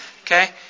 Okay